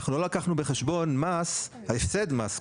אנחנו לא לקחנו בחשבון הפסד מס,